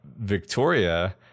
Victoria